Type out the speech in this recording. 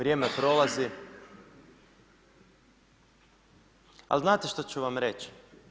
Vrijeme prolazi, ali znate što ću vam reći?